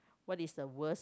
what is the worst